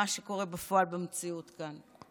ממה שקורה בפועל במציאות כאן.